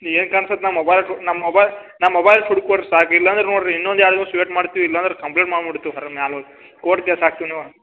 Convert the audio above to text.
ನಿ ಏನು ಕಾಣ್ಸತ್ತೆ ನಾ ಮೊಬೈಲ್ ಕೊ ನಮ್ಮ ಮೊಬೈಲ್ ನಮ್ಮ ಮೊಬೈಲ್ ಹುಡ್ಕೊಡ್ರಿ ಸಾಕು ಇಲ್ಲಾಂದ್ರ ನೋಡ್ರಿ ಇನ್ನೊಂದು ಎರಡು ದಿವ್ಸ ವೇಟ್ ಮಾಡ್ತೀವಿ ಇಲ್ಲಾಂದ್ರ ಕಂಪ್ಲೇಂಟ್ ಮಾಡ್ಬಿಡ್ತೀವಿ ಹ್ವರ್ ಮ್ಯಾಲೆ ಹೋಗಿ ಕೋರ್ಟ್ ಕೇಸ್ ಹಾಕ್ತಿನು